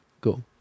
cool